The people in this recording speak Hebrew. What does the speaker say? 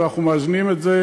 אנחנו מאזנים את זה,